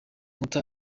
nkuta